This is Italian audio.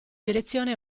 direzione